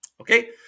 okay